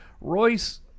Royce